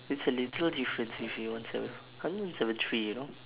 it's a little difference if you one seven I only one seven three you know